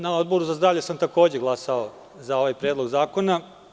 Na Odboru za zdravlje sam takođe glasao za ovaj predlog zakona.